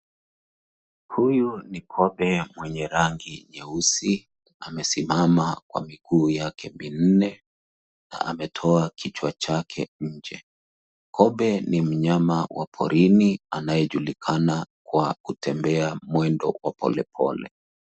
Huyu ni kobe mwenye rangi nyeusi. Amesimama kwa miguu yake minne na ametoa kichwa chake nje. Kobe ni mnyama wa porini anayejulikana kwa kutembea mwendo wa polepole.